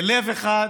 בלב אחד,